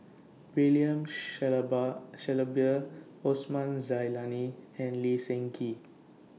William Shellaber Shellabear Osman Zailani and Lee Seng Gee